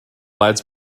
lads